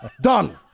done